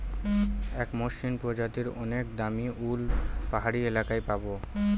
এক মসৃন প্রজাতির অনেক দামী উল পাহাড়ি এলাকায় পাবো